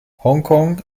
hongkong